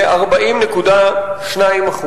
ל-40.2%.